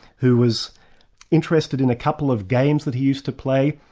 who was interested in a couple of games that he used to play.